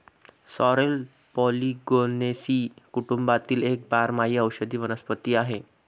sorrel polygonaceae कुटुंबातील एक बारमाही औषधी वनस्पती आहे